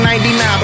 99